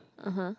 (uh huh)